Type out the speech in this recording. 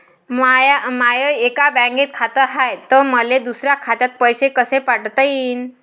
माय एका बँकेत खात हाय, त मले दुसऱ्या खात्यात पैसे कसे पाठवता येईन?